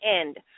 end